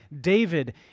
David